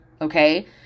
okay